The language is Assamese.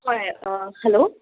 হয় অঁ হেল্ল'